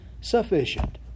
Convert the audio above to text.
sufficient